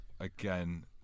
again